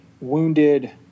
wounded